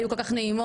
והיו כל כך נעימות,